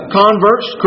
converts